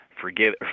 forgive